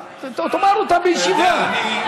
אז תאמר אותן בישיבה,